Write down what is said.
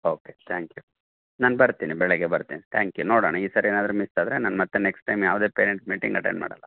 okay thank you ನಾನು ಬರ್ತೀನಿ ಬೆಳಿಗ್ಗೆ ಬರ್ತೀನಿ ಥ್ಯಾಂಕ್ ಯು ನೋಡೋಣ ಈ ಸರಿ ಏನಾದರು ಮಿಸ್ ಆದರೆ ನಾನು ಮತ್ತೆ ನೆಕ್ಸ್ಟ್ ಟೈಮ್ ಯಾವುದೇ ಪೇರೆಂಟ್ಸ್ ಮೀಟಿಂಗ್ ಅಟೆಂಡ್ ಮಾಡೋಲ್ಲ